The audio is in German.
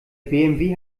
bmw